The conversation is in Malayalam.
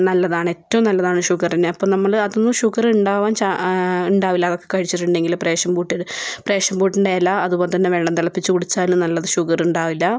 നല്ലതാണ് ഏറ്റോം നല്ലതാണ് ഷുഗറിന് അപ്പോൾ നമ്മൾ അതൊന്നും ഷുഗറ് ഉണ്ടാവാൻ ച ഉണ്ടാവില്ല അതൊക്കെ കഴിച്ചിട്ടുണ്ടെങ്കിൽ പാഷൻ ഫുട്ട് പാഷൻ ഫുട്ടിൻ്റെ ഇല അതുപോലെത്തന്നെ വെള്ളം തിളപ്പിച്ച് കുടിച്ചാൽ നല്ലതാണ് ഷുഗർ ഉണ്ടാവില്ല